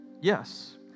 Yes